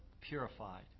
purified